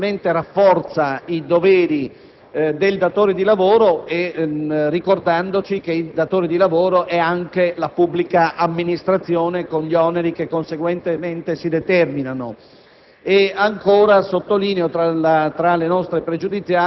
alla mancanza di copertura di un provvedimento che complessivamente rafforza i doveri del datore di lavoro, ricordandoci che il datore di lavoro è anche la pubblica amministrazione con gli oneri che conseguentemente si determinano.